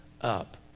up